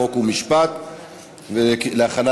חוק ומשפט נתקבלה.